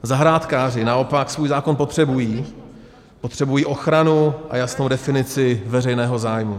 Zahrádkáři naopak svůj zákon potřebují, potřebují ochranu a jasnou definici veřejného zájmu.